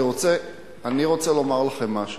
אני רוצה לומר לכם משהו.